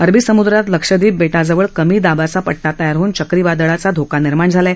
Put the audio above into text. अरबी सम्द्रात लक्षदीप बेटाजवळ कमी दाबाचा पट्टा तयार होऊन चक्रीवादळाचा धोका निर्माण झाला आहे